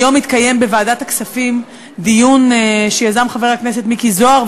היום התקיים בוועדת הכספים דיון שיזם חבר הכנסת מיקי זוהר,